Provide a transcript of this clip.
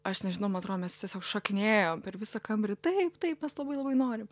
aš nežinau man atrodo mes tiesiog šokinėjom per visą kambarį taip taip mes labai labai norim